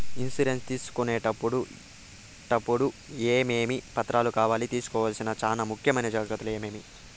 Insurance తీసుకునేటప్పుడు టప్పుడు ఏమేమి పత్రాలు కావాలి? తీసుకోవాల్సిన చానా ముఖ్యమైన జాగ్రత్తలు ఏమేమి?